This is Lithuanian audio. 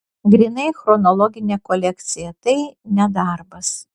grynai chronologinė kolekcija tai ne darbas